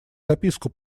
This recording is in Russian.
записку